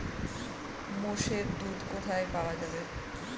মোষের দুধ কোথায় পাওয়া যাবে?